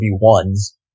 ones